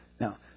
now